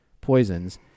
poisons